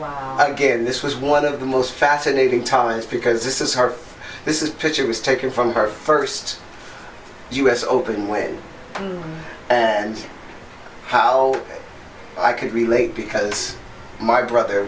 well again this was one of the most fascinating times because this is her this is picture was taken from her first u s open way and how i could relate because my brother